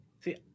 See